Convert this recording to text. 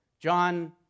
John